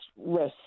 risk